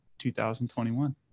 2021